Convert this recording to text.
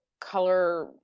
color